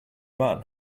man